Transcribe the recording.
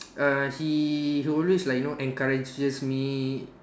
uh he always like you know encourages me